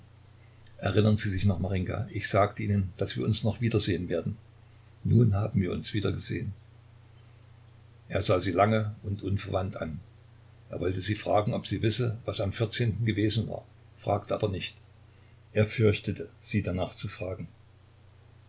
erinnern sie sich noch marinjka ich sagte ihnen daß wir uns noch wiedersehen werden nun haben wir uns wiedergesehen er sah sie lange und unverwandt an er wollte sie fragen ob sie wisse was am vierzehnten gewesen war fragte aber nicht er fürchtete sie danach zu fragen